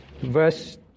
verse